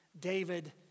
David